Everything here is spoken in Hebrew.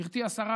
גברתי השרה,